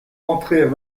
entrèrent